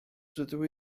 dydw